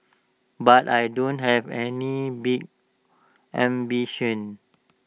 but I don't have any big ambitions